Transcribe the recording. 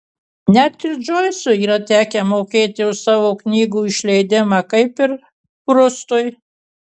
net ir džoisui yra tekę mokėti už savo knygų išleidimą kaip ir prustui